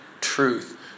truth